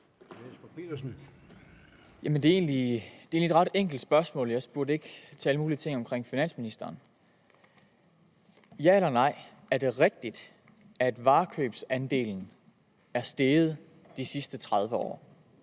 det er egentlig et ret enkelt spørgsmål, og jeg spurgte ikke til alle mulige ting om finansministeren. Det er et ja eller nej: Er det rigtigt, at varekøbsandelen er steget de sidste 30 år?